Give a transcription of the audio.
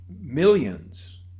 millions